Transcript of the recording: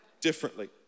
differently